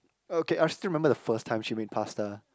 okay I still remember the first time she made pasta